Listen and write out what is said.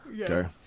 Okay